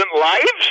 lives